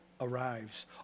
arrives